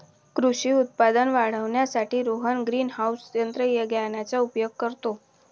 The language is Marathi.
कृषी उत्पादन वाढवण्यासाठी रोहन ग्रीनहाउस तंत्रज्ञानाचा उपयोग करतो